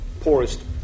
poorest